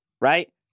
right